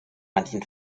manchen